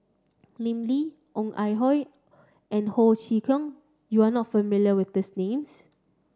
Lim Lee Ong Ah Hoi and Ho Chee Kong you are not familiar with this names